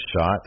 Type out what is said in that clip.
shot